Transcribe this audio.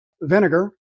vinegar